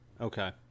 Okay